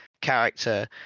character